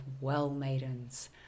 well-maidens